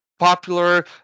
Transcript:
popular